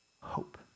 Hope